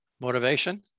motivation